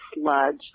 sludge